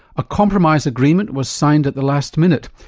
a compromise agreement was signed at the last minute,